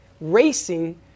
racing